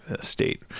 state